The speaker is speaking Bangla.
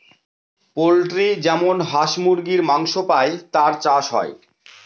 পোল্ট্রি যেমন হাঁস মুরগীর মাংস পাই তার চাষ হয়